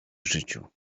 życiu